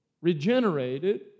regenerated